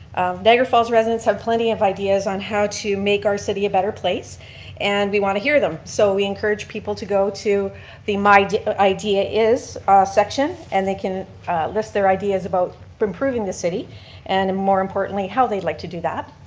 niagara falls residents have plenty of ideas on how to make our city a better place and we want to hear them. so we encourage people to go to the my idea is section and they can list their ideas about but improving the city and and more importantly how they'd like to do that.